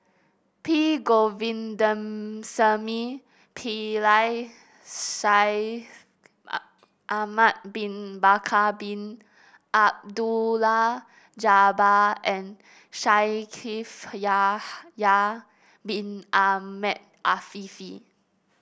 P Govindasamy Pillai Shaikh Ahmad Bin Bakar Bin Abdullah Jabbar and Shaikh Yahya Bin Ahmed Afifi